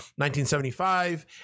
1975